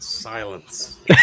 silence